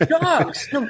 Dogs